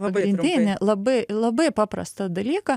pagrindinį labai labai paprastą dalyką